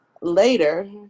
later